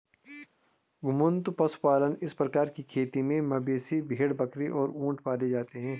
घुमंतू पशुपालन इस प्रकार की खेती में मवेशी, भेड़, बकरी और ऊंट पाले जाते है